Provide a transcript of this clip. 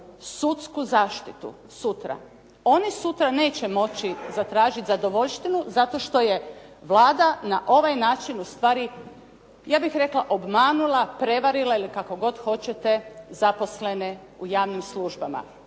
sudsku zaštitu sutra. Oni sutra neće moći zatražiti zadovoljštinu zato što je Vlada na ovaj način ustvari ja bih rekla obmanula, prevarila ili kako god hoćete zaposlene u javnim službama.